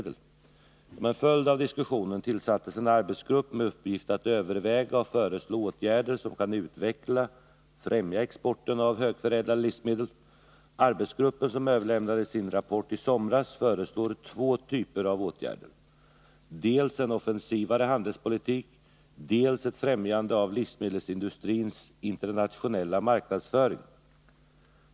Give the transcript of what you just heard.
Somen 17 november 1981 följd av diskussionen tillsattes en arbetsgrupp med uppgift att överväga och föreslå åtgärder som kan utveckla och främja exporten av högförädlade livsmedel. Arbetsgruppen, som överlämnade sin rapport i somras, föreslår två typer av åtgärder, dels en offensivare handelspolitik, dels ett främjande av livsmedelsindustrins internationella marknadsföring.